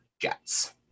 Jets